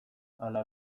ala